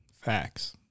Facts